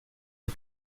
est